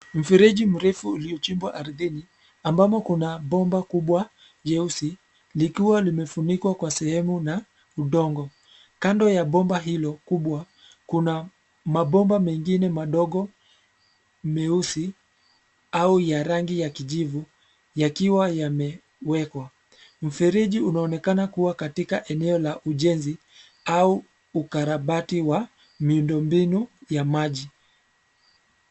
Mfereji mrefu uliochimbwa ardhini ambapo kuna bomba kubwa jeusi likiwa limefunikwa kwa sehemu na udongo. Kando ya bomba hilo kubwa kuna mabomba mengine madogo meusi au ya rangi ya kijivu yakiwa yamewekwa. Mfereji unaonekana kuwa katika eneo la ujenzi au ukarabati wa miundo mbinu ya maji.